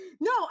No